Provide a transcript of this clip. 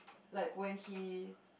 like when he